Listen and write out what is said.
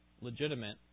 legitimate